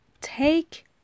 take